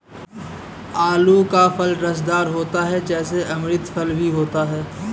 आलू का फल रसदार होता है जिसे अमृत फल भी कहा जाता है